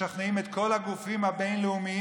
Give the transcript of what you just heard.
משכנעים את כל הגופים הבין-לאומיים